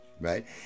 right